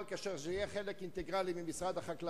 לעשות כאשר היא תהיה חלק אינטגרלי של משרד החקלאות,